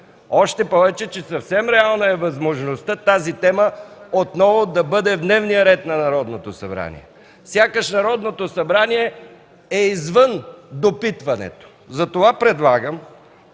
Още повече, че съвсем реална е възможността тази тема отново да бъде в дневния ред на Народното събрание. Сякаш Народното събрание е извън допитването. Затова предлагам